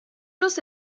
los